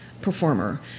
performer